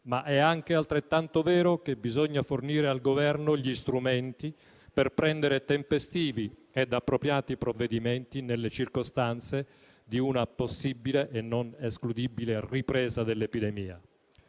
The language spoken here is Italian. ma è anche altrettanto vero che bisogna fornire al Governo gli strumenti per prendere tempestivi ed appropriati provvedimenti nelle circostanze di una possibile e non escludibile ripresa dell'epidemia.